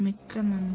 மிக்க நன்றி